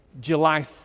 July